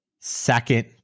second